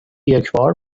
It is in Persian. یکبار